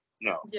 No